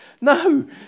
No